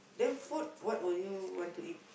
then food what would you want to eat